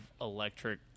electric